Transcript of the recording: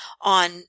on